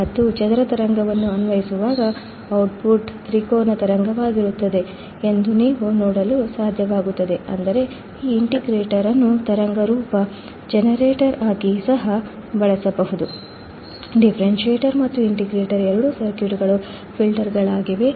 ಮತ್ತು ಚದರ ತರಂಗವನ್ನು ಅನ್ವಯಿಸುವಾಗ output ತ್ರಿಕೋನ ತರಂಗವಾಗಿರುತ್ತದೆ ಎಂದು ನೀವು ನೋಡಲು ಸಾಧ್ಯವಾಗುತ್ತದೆ ಅಂದರೆ ಈ ಇಂಟಿಗ್ರೇಟರ್ ಅನ್ನು ತರಂಗ ರೂಪ ಜನರೇಟರ್ ಆಗಿ ಸಹ ಬಳಸಬಹುದು ಡಿಫರೆನ್ಷಿಯೇಟರ್ ಮತ್ತು ಇಂಟಿಗ್ರೇಟರ್ ಎರಡೂ ಸರ್ಕ್ಯೂಟ್ಗಳು ಫಿಲ್ಟರ್ಗಳಾಗಿವೆ